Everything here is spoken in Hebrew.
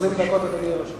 20 דקות, אדוני, לרשותך.